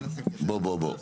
בוא בוא בוא,